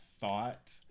thought